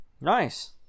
Nice